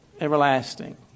everlasting